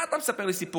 מה אתה מספר לי סיפורים.